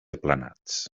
aplanats